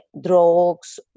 drugs